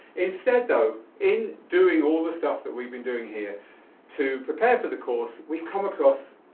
instead though, in doing all the stuff that we've been doing here to prepare for the course, we've come across,